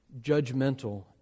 judgmental